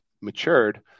matured